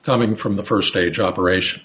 coming from the first stage operation